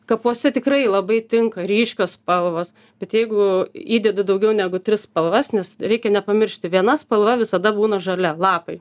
kapuose tikrai labai tinka ryškios spalvos bet jeigu įdedi daugiau negu tris spalvas nes reikia nepamiršti viena spalva visada būna žalia lapai